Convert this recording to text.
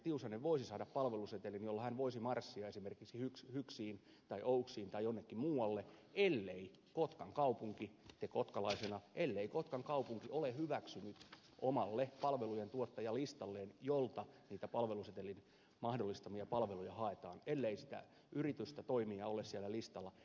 tiusanen voisi saada palvelusetelin jolla hän voisi marssia esimerkiksi hyksiin tai oyksiin tai jonnekin muualle ellei kotkan kaupunki te kotkalaisena ole hyväksynyt sitä toimijaa omalle palvelujentuottajalistalleen jolta niitä palvelusetelin mahdollistamia palveluja haetaan yleistä yritystä poimia ole sillä listalla